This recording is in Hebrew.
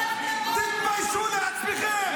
תתביישו לעצמכם.